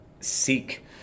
seek